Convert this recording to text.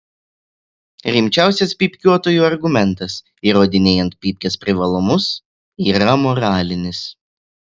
rimčiausias pypkiuotojų argumentas įrodinėjant pypkės privalumus yra moralinis